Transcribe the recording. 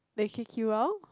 they kick you out